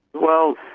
well,